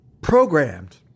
programmed